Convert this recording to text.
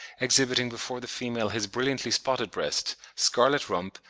exhibiting before the female his brilliantly spotted breast, scarlet rump,